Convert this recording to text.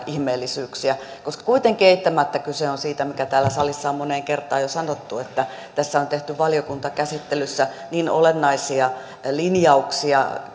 ihmeellisyyksiä koska kuitenkin eittämättä kyse on siitä mikä täällä salissa on moneen kertaan jo sanottu että tässä on tehty valiokuntakäsittelyssä olennaisia linjauksia